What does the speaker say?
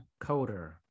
Coder